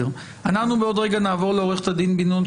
אנחנו בעוד רגע נעבור לעו"ד בן נון,